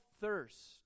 thirst